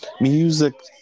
Music